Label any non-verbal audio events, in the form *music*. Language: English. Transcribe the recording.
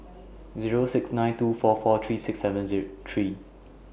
Zero six nine two four four three six seven *unintelligible* three